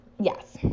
yes